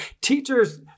Teachers